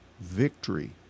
victory